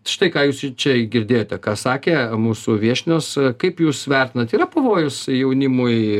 štai ką jūs čia girdėjote ką sakė mūsų viešnios kaip jūs vertinat yra pavojus jaunimui